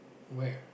where